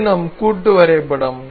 இது நம் கூட்டு வரைபடம்